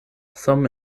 some